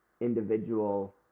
individual